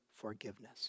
forgiveness